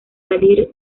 salir